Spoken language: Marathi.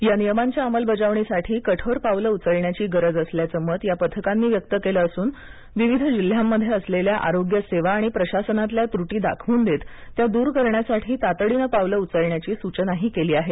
या नियमांच्या अंमलबजावणीसाठी कठोर पावलं उचलण्याची गरज असल्याचं मत या पथकांनी व्यक्त केलं असून विविध जिल्ह्यांमध्ये असलेल्या आरोग्य सेवा आणि प्रशासनातल्या त्रुटी दाखवून देत त्या दूर करण्यासाठी तातडीनं पावलं उचलण्याची सूचनाही केली आहे